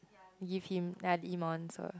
give him